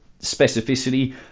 specificity